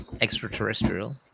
Extraterrestrial